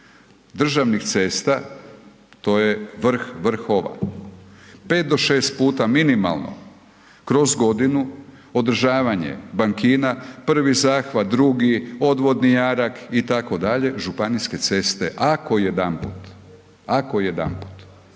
državnih cesta, to je vrh vrhova. 5 do 6 puta minimalno kroz godinu održavanje bankina, prvi zahvat, drugi, odvodni jarak itd., županijske ceste ako jedanput,